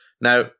Now